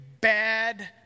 bad